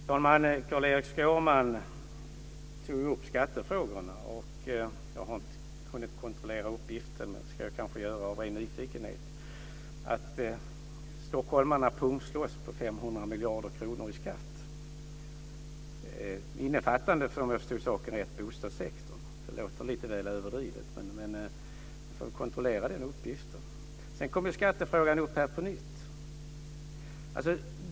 Fru talman! Carl-Erik Skårman tog upp skattefrågorna. Jag har inte hunnit kontrollera uppgiften, men det ska jag kanske göra av ren nyfikenhet. Han påstod att stockholmarna pungslås på 500 miljarder kronor i skatt, innefattande, om jag förstod saken rätt, bostadssektorn. Det låter lite väl överdrivet, men jag får kontrollera den uppgiften. Sedan kommer skattefrågan upp på nytt.